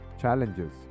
challenges